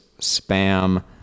spam